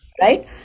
right